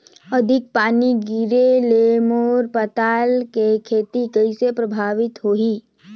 अधिक पानी गिरे ले मोर पताल के खेती कइसे प्रभावित होही?